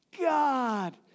God